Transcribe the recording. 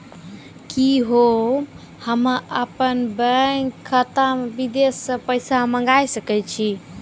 कि होम अपन बैंक खाता मे विदेश से पैसा मंगाय सकै छी?